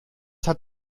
hat